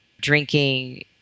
drinking